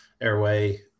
airway